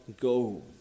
go